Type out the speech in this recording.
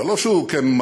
זה לא שהוא כממלא-מקום,